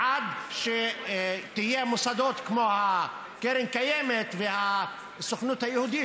בעד שיהיו מוסדות כמו קרן קיימת והסוכנות היהודית,